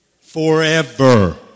Forever